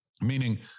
meaning